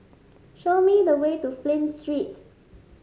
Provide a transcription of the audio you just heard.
show me the way to Flint Street